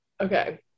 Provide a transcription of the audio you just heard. Okay